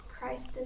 Christ